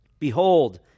Behold